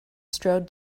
strode